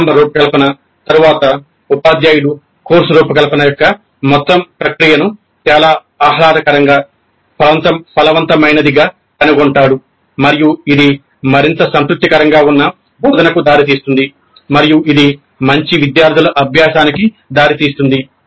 ప్రారంభ రూపకల్పన తరువాత ఉపాధ్యాయుడు కోర్సు రూపకల్పన యొక్క మొత్తం ప్రక్రియను చాలా ఆహ్లాదకరంగా ఫలవంతమైనదిగా కనుగొంటాడు మరియు ఇది మరింత సంతృప్తికరంగా ఉన్న బోధనకు దారి తీస్తుంది మరియు ఇది మంచి విద్యార్థుల అభ్యాసానికి దారి తీస్తుంది